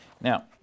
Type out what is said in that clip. Now